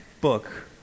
book